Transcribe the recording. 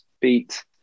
beat